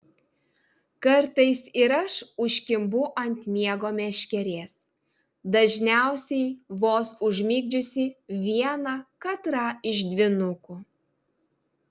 kartais ir aš užkimbu ant miego meškerės dažniausiai vos užmigdžiusi vieną katrą iš dvynukų